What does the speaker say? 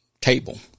table